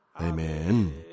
Amen